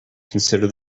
consider